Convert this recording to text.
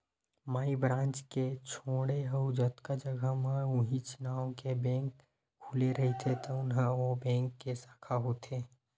माई branch के छोड़े अउ जतका जघा म उहींच नांव के बेंक खुले रहिथे तउन ह ओ बेंक के साखा होथे